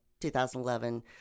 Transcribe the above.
2011